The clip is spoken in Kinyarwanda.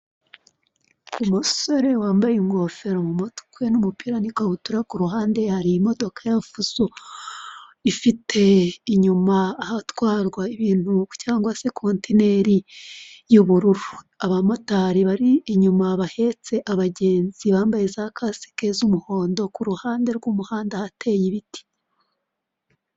Umusore wambaye ingofero mu mutwe n'umupira n'ikabutura ku ruhande hari imodoka ya fuso, ifite inyuma ahatwarwa ibintu cyangwa se kontineri y'ubururu abamotari bari inyuma bahetse abagenzi bambaye za kaseke z'umuhondo ku ruhande rw'umuhanda hateye ibiti.